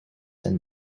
and